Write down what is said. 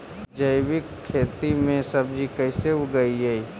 जैविक खेती में सब्जी कैसे उगइअई?